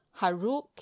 Haruki